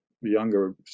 younger